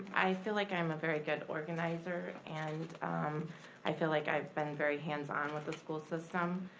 i feel like i'm a very good organizer, and i feel like i've been very hands-on with the school system.